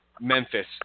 Memphis